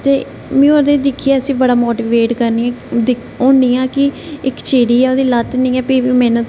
ते में ओह्दे दिक्खियै उसी बड़ा मोटिवेट करनी आं होन्नी आं कि इक चिड़ी ऐ ओह्दी लत्त निं ऐ फ्ही बी ओह् मैह्नत